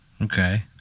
Okay